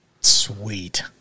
Sweet